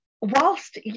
whilst